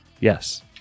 Yes